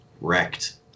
wrecked